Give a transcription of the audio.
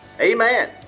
Amen